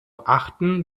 achten